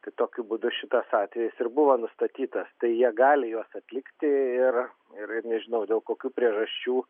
tai tokiu būdu šitas atvejis ir buvo nustatytas tai jie gali juos atlikti ir ir ir nežinau dėl kokių priežasčių